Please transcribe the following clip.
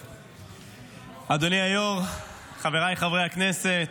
אדוני היו"ר, חבריי חברי הכנסת,